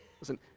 Listen